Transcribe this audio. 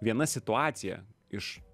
viena situacija iš